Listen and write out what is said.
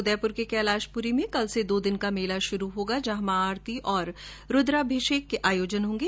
उदयपुर के कैलाशपुरी में भी कल से दो दिन का मेला शुरू होगा जहॉ महाआरती और रूद्राभिषेक के आयोजन होंगे